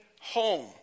home